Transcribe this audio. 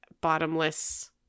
bottomless